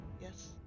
Yes